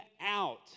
out